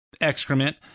excrement